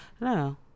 No